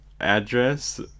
address